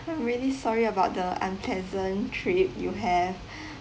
I'm really sorry about the unpleasant trip you have